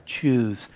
choose